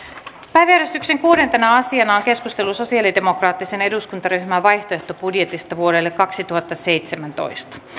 päiväjärjestyksen kuudentena asiana on keskustelu sosialidemokraattisen eduskuntaryhmän vaihtoehtobudjetista vuodelle kaksituhattaseitsemäntoista